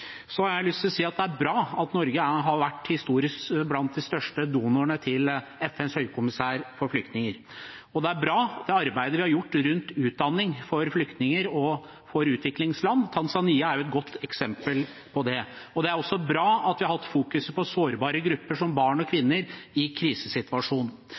har jeg lyst til å si at det er bra at Norge historisk har vært blant de største donorene til FNs høykommissær for flyktninger. Og det er bra, det arbeidet vi har gjort rundt utdanning for flyktninger og for utviklingsland. Tanzania er et godt eksempel på det. Det er også bra at vi har hatt fokus på sårbare grupper, som barn og